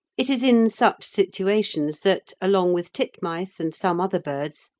it is in such situations that, along with titmice and some other birds,